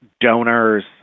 donors